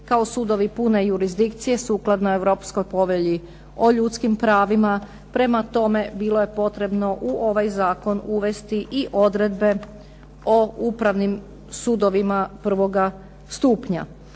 kao sudovi pune jurisdikcije sukladno Europskoj povelji o ljudskim pravima. Prema tome, bilo je potrebno u ovaj zakon uvesti i odredbe o upravnim sudovima prvoga stupnja.